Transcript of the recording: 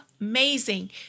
amazing